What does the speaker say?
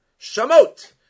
Shamot